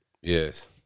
Yes